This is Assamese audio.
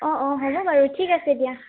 অ' অ' হ'ব বাৰু ঠিক আছে দিয়া